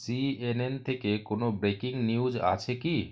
CNN থেকে কোনও breaking news আছে কি